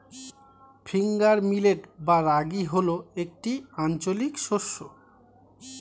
finger millet বা রাগী হল একটি আঞ্চলিক শস্য